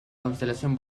constelación